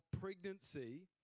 pregnancy